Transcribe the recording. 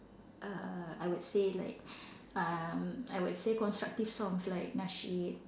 uh I would say like um I would say constructive songs like nasyid